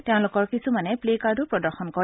তেওঁলোকৰ কিছুমানে প্লে'কাৰ্ডো প্ৰদৰ্শন কৰে